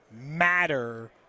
matter –